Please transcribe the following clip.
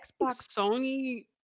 Sony